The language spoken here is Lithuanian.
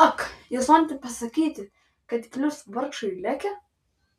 ak jūs norite pasakyti kad klius vargšui leke